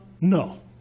No